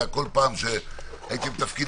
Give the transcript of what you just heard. בכל תפקיד